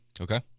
Okay